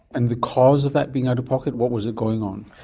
and the cause of that being out-of-pocket? what was it going on?